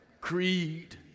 Creed